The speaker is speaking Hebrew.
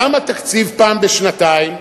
למה תקציב פעם בשנתיים,